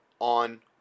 on